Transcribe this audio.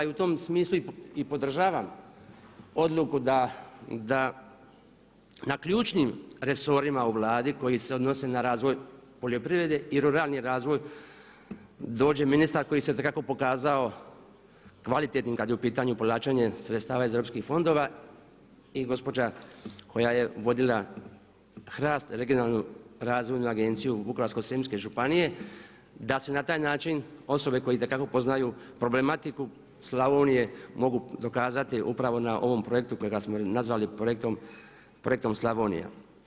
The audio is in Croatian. I u tom smislu i podržavam odluku da na ključnim resorima u Vladi koji se odnosi na razvoj poljoprivrede i ruralni razvoj dođe ministar koji se itekako pokazao kvalitetnim kada je u pitanju povlačenje sredstava iz europskih fondova i gospođa koja je vodila HRAST Regionalnu razvoju agenciju Vukovarsko-srijemske županije da se na taj način osobe koje itekako poznaju problematiku Slavonije mogu dokazati upravo na ovom projektu kojega smo nazvali projektom Slavonija.